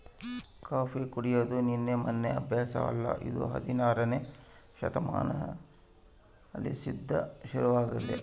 coffee ಕುಡೆದು ನಿನ್ನೆ ಮೆನ್ನೆ ಅಭ್ಯಾಸ ಅಲ್ಲ ಇದು ಹದಿನಾರನೇ ಶತಮಾನಲಿಸಿಂದ ಶುರುವಾಗೆತೆ